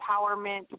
Empowerment